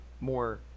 More